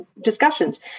discussions